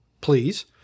please